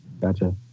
Gotcha